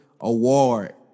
Award